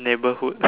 neighborhood